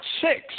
six